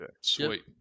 Sweet